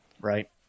Right